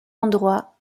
endroit